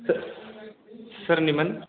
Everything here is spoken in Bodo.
सो सोरनिमोन